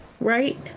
right